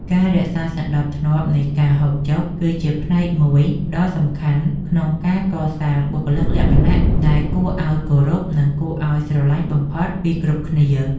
ការរក្សាសណ្តាប់ធ្នាប់នៃការហូបចុកគឺជាផ្នែកមួយដ៏សំខាន់ក្នុងការកសាងបុគ្គលិកលក្ខណៈដែលគួរឱ្យគោរពនិងគួរឱ្យស្រឡាញ់បំផុតពីគ្រប់គ្នា។